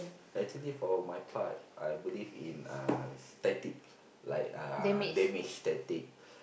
actually for my part I believe in uh tactic like uh damage tactic